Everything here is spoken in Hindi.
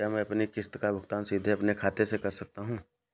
क्या मैं अपनी किश्त का भुगतान सीधे अपने खाते से कर सकता हूँ?